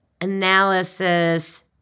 analysis